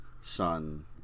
son